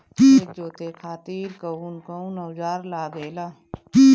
खेत जोते खातीर कउन कउन औजार लागेला?